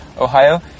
Ohio